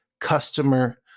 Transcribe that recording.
customer